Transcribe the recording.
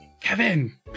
Kevin